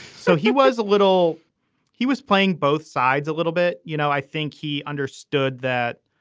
so he was a little he was playing both sides a little bit. you know, i think he understood that.